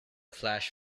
flash